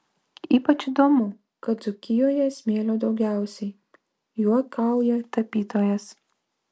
ypač įdomu kad dzūkijoje smėlio daugiausiai juokauja tapytojas